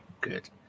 Good